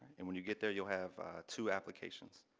and when you get there, you'll have two applications.